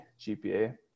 GPA